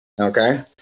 Okay